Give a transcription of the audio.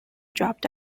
dropped